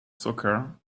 soccer